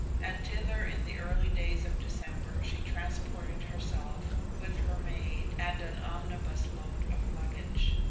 and thither in the early days of december, she transported herself with her maid and an omnibus-load of luggage.